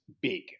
big